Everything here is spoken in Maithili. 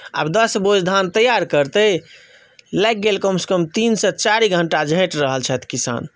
आब दस बोझ धान तैआर करतै लागि गेल कमसँ कम तीनसँ चारि घण्टा झाँटि रहल छथि किसान